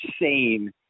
insane